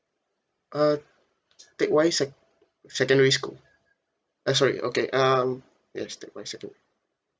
uh teck whye sec~ secondary school uh sorry okay um yes teck whye secondary